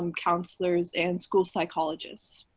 um counselors and school psychologists?